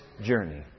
journey